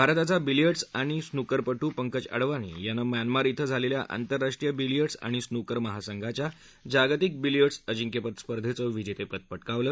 भारताचा बिलीयर्डस् आणि स्नूकरपट्र पंकज अडवाणी यानं म्यानमार श्वें झालखा आंतरराष्ट्रीय बिलीयर्डस् आणि स्नूकर महासंघाच्या जागतिक बिलीयर्डस् अजिंक्यपद स्पर्धेचं विजता वे पटकावलं